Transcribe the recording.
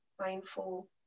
mindful